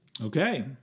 okay